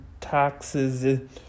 taxes